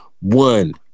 one